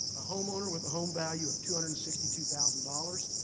a homeowner with a home value of two hundred and sixty two thousand dollars,